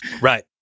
Right